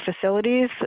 facilities